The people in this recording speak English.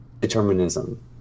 determinism